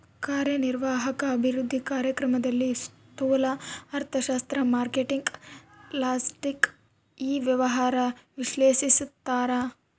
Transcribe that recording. ಕಾರ್ಯನಿರ್ವಾಹಕ ಅಭಿವೃದ್ಧಿ ಕಾರ್ಯಕ್ರಮದಲ್ಲಿ ಸ್ತೂಲ ಅರ್ಥಶಾಸ್ತ್ರ ಮಾರ್ಕೆಟಿಂಗ್ ಲಾಜೆಸ್ಟಿಕ್ ಇ ವ್ಯವಹಾರ ವಿಶ್ಲೇಷಿಸ್ತಾರ